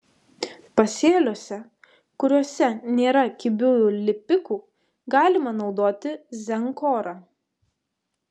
pasėliuose kuriuose nėra kibiųjų lipikų galima naudoti zenkorą